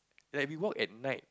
like we walk at night